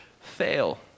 fail